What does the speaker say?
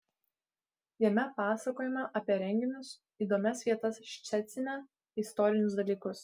jame pasakojama apie renginius įdomias vietas ščecine istorinius dalykus